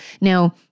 Now